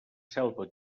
selva